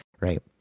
Right